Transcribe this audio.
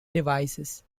devices